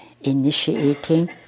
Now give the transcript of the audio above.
initiating